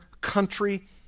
country